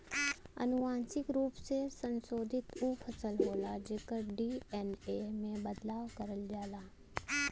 अनुवांशिक रूप से संशोधित उ फसल होला जेकर डी.एन.ए में बदलाव करल जाला